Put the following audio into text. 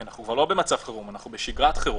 כי אנחנו כבר לא במצב חירום, אנחנו בשגרת חירום.